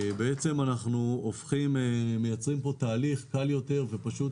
אנחנו מייצרים פה תהליך קל יותר ופשוט